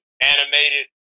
animated